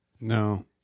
No